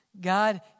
God